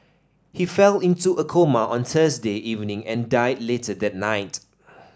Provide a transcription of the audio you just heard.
he fell into a coma on Thursday evening and died later that night